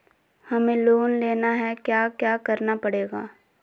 हमें लोन लेना है क्या क्या करना पड़ेगा?